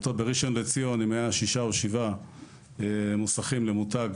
בראשון לציון היו שישה או שבעה מוסכים מורשים למותג,